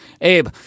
Abe